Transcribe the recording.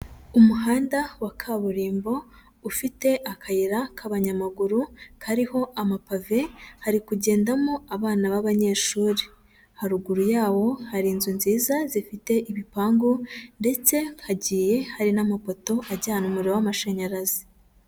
Umuhanda wa kaburimbo ufite akayira k'abanyamaguru kariho amapave hari kugendamo abana b'abanyeshuri, haruguru yawo hari inzu nziza zifite ibipangu ndetse hagiye hari n'amapoto ajyana umuriro w'amashanyarazi.